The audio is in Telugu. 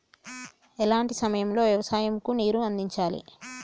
ఎలాంటి సమయం లో వ్యవసాయము కు నీరు అందించాలి?